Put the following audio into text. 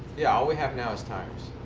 yeah. all we have now is tires.